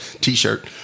t-shirt